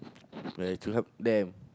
to help them